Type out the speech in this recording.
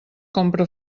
compra